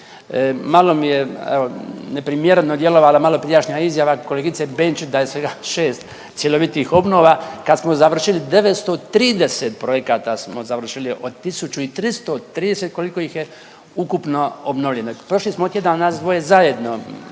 Malo mi je evo neprimjereno djelovala malo prijašnja izjava kolegice Benčić da je svega 6 cjelovitih obnova kad smo završili 930 projekata smo završili od 1330 koliko ih je ukupno obnovljeno. Prošli smo tjedan nas dvoje zajedno